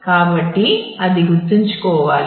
కాబట్టి అది గుర్తుంచుకోవాలి